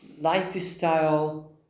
lifestyle